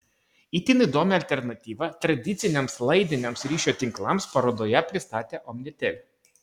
itin įdomią alternatyvą tradiciniams laidiniams ryšio tinklams parodoje pristatė omnitel